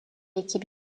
équipe